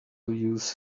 use